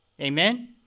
Amen